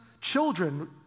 children